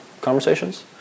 conversations